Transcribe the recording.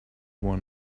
one